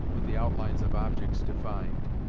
with the outlines of objects defined,